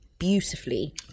Beautifully